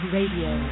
Radio